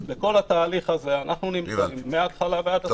אז בכל התהליך הזה אנחנו נמצאים מההתחלה ועד הסוף.